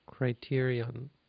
Criterion